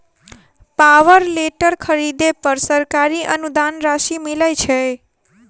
Power tiller खरीदे पर सरकारी अनुदान राशि मिलय छैय?